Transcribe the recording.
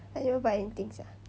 I never buy anything sia